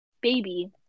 Baby